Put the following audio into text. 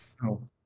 No